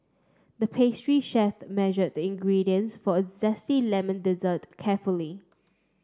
the pastry chef measured the ingredients for a zesty lemon dessert carefully